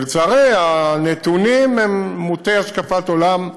לצערי, הנתונים הם מוטי השקפת עולם.